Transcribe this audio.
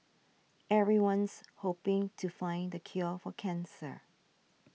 everyone's hoping to find the cure for cancer